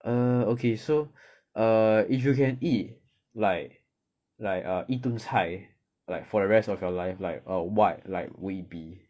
err okay so err if you can eat like like err 一顿菜 like for the rest of your life like err what like would it be